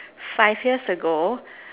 five years ago